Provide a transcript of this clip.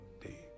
day